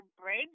bridge